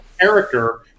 character